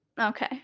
Okay